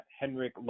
Henrik